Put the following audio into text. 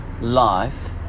life